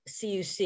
CUC